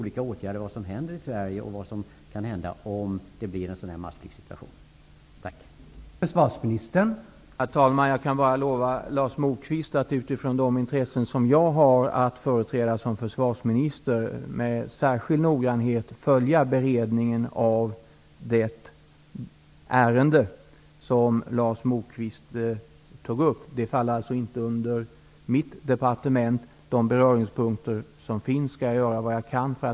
I PM:et talas om vad som kan hända i Sverige om en sådan här massflyktssituation uppstår.